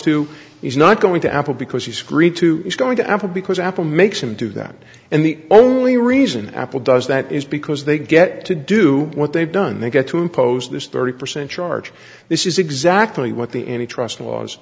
to he's not going to apple because he's greed to he's going to apple because apple makes him do that and the only reason apple does that is because they get to do what they've done they get to impose this thirty percent charge this is exactly what the any trust laws